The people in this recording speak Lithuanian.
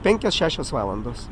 penkios šešios valandos